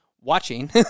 watching